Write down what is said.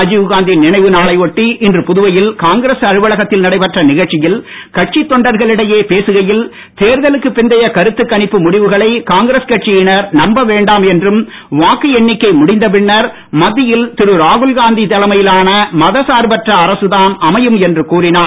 ராஜீவ்காந்தி நினைவு நாளை ஒட்டி இன்று புதுவையில் காங்கிரஸ் அலவலகத்தில் நடைபெற்ற நிகழ்ச்சியில் கட்சித் தொண்டர்களிடையே பேசுகையில் தேர்தலுக்கு பிந்தைய கருத்துக் கணிப்பு முடிவுகளை காங்கிரஸ் கட்சியினர் நம்ப வேண்டாம் என்றும் வாக்கு எண்ணிக்கை முடிந்த பின்னர் மத்தியில் திரு ராகுல்காந்தி தலைமையிலான மதசார்பற்ற அரசு தான் அமையும் என்றும் கூறினார்